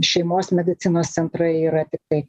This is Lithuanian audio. šeimos medicinos centrai yra tiktai